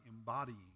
embodying